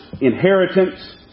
inheritance